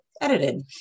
edited